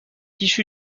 issu